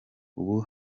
ubu